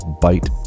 bite